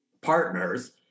partners